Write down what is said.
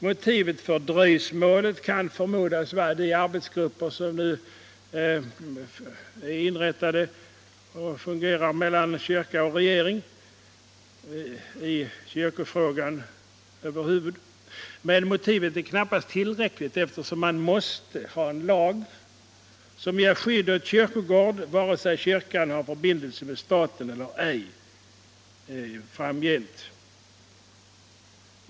Motivet för dröjsmålet kan förmodas vara de arbetsgrupper som inrättas och som nu fungerar mellan kyrka och regering i kyrkofrågan. Men motivet är knappast tillräckligt, eftersom man måste ha en lag som ger skydd åt kyrkogård vare sig kyrkan framgent har förbindelse med staten eller ej.